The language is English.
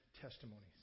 testimonies